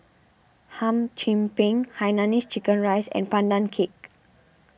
Hum Chim Peng Hainanese Curry Rice and Pandan Cake